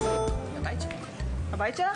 ליליאן נמצאת אתנו?